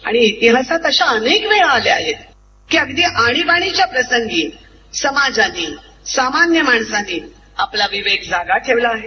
आणि इतिहासात अशा अनेक वेळा आल्या आहेत की अगदी आणिबाणीच्या प्रसंगी समाजाने सामान्य माणसाने आपला विवेक जागा ठेवला आहे